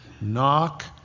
Knock